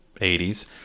80s